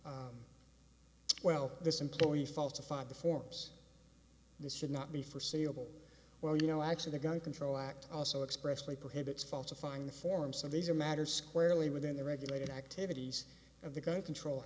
about well this employee falsified the forms this should not be forseeable well you know actually the gun control act also expressed by prohibits falsifying the form so these are matters squarely within the regulated activities of the gun control